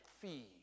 fee